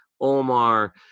omar